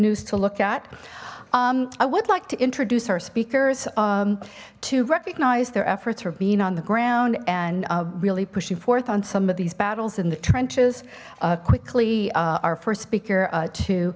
news to look at i would like to introduce our speakers to recognize their efforts for being on the ground and really pushing forth on some of these battles in the trenches quickly our first speaker to